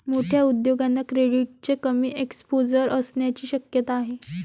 मोठ्या उद्योगांना क्रेडिटचे कमी एक्सपोजर असण्याची शक्यता आहे